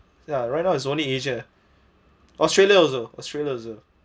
ya right now is only asia australia also australia also